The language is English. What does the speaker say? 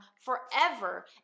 forever